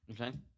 Okay